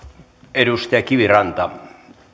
edustaja kiviranta